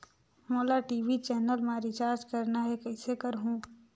मोला TV channel मा recharge करना हे, कइसे करहुँ?